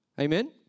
amen